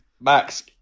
Max